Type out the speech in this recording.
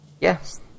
Yes